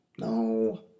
No